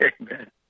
Amen